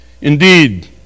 Indeed